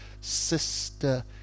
Sister